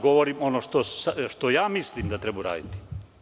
Govorim vam ono što mislim da treba uraditi.